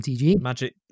magic